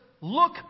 look